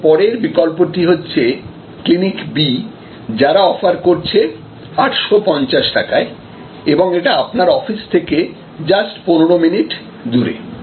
এখন পরের বিকল্পটি হচ্ছে ক্লিনিক B যারা অফার করছে 850 টাকায় এবং এটা আপনার অফিস থেকে জাস্ট পনেরো মিনিট দূরে